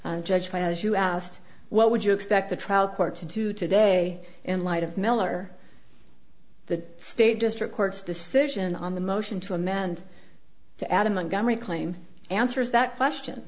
judge has you asked what would you expect the trial court to do today in light of miller the state district court's decision on the motion to amend to add in montgomery claim answers that question